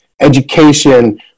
Education